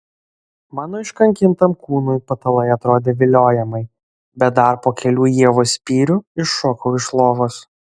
mano iškankintam kūnui patalai atrodė viliojamai bet dar po kelių ievos spyrių iššokau iš lovos